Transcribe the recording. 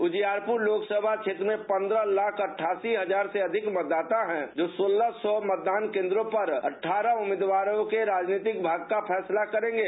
उजियारपुर लोकसभा क्षेत्र में पन्द्रह लाख अठासी हजार से अधिक मतदाता हैं जो सोलह सौ मतदान केन्द्रों पर अठारह उम्मीदवारों के राजनीतिक भाग्य का फैसला करेंगे